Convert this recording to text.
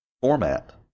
format